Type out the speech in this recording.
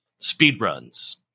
speedruns